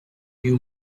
you